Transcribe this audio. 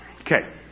Okay